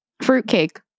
fruitcake